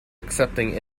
accepting